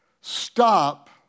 stop